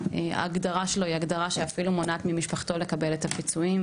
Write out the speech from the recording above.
ההגדרה שלו היא הגדרה שאפילו מונעת ממשפחתו לקבל את הפיצויים,